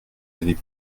avez